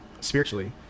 spiritually